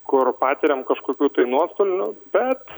kur patiriam kažkokių tai nuostolių bet